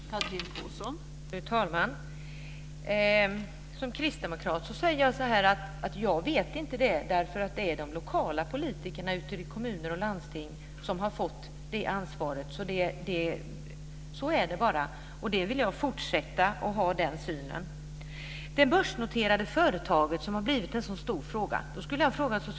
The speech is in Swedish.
Fru talman! Som kristdemokrat säger jag att jag inte vet detta, därför att det är de lokala politikerna ute i kommuner och landsting som har fått det ansvaret. Så är det bara, och jag vill fortsätta att ha den synen. Det börsnoterade företaget har blivit en så stor fråga.